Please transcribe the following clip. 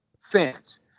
fans